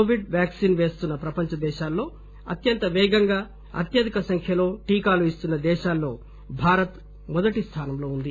Covid vaccine వేస్తున్న ప్రపంచ దేశాల్లో అత్యంత పేగంగా అత్యధిక సంఖ్యలో టీకాలు ఇస్తున్న దేశాల్లో భారత్ మొదటి స్దానంలో ఉంది